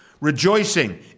rejoicing